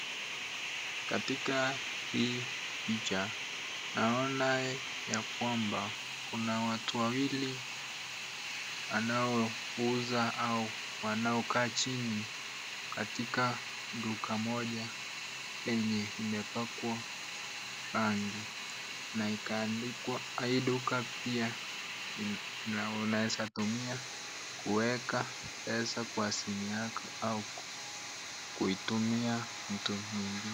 Katika hii picha naona ya kwamba kuna watu wawili wanao uza au wanao kaa chini katika duka moja lenye pakwa rangi na ikaandikwa. Hii duka pia unaweza tumia kuweka pesa kwa simu yako au kutumia mtu mwingine.